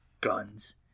Guns